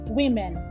women